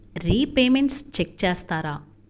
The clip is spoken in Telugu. రిపేమెంట్స్ చెక్ చేస్తారా?